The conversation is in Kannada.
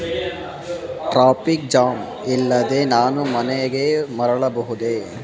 ಟ್ರಾಫಿಕ್ ಜಾಮ್ ಇಲ್ಲದೆ ನಾನು ಮನೆಗೆ ಮರಳಬಹುದೇ